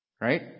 Right